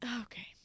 Okay